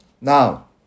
Now